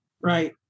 Right